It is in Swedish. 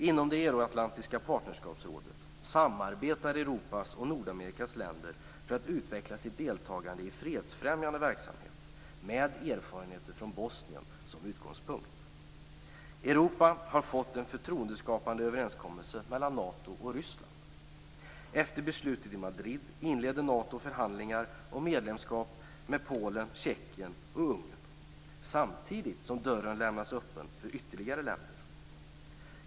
Inom Euroatlantiska partnerskapsrådet samarbetar Europas och Nordamerikas länder för att utveckla sitt deltagande i fredsfrämjande verksamhet, med erfarenheter från Bosnien som utgångspunkt. Europa har fått till stånd en förtroendeskapande överenskommelse mellan Nato och Ryssland. Efter beslutet i Madrid inledde Nato förhandlingar om medlemskap med Polen, Tjeckien och Ungern, samtidigt som dörren lämnas öppen för ytterligare länder.